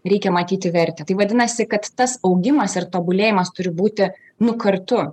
reikia matyti vertę tai vadinasi kad tas augimas ir tobulėjimas turi būti nu kartu